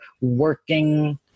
working